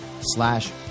slash